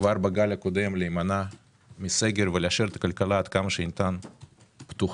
כבר בגל הקודם להימנע מסגר ולהשאיר את הכלכלה עד כמה שניתן פתוחה,